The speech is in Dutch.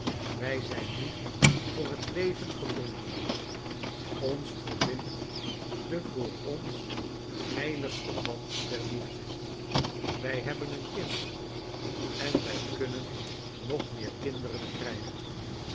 wij zijn nu voor het leven gebonden ons verbindt de voor ons heiligste band der liefde wij hebben een kind en wij kunnen nog meer kinderen krijgen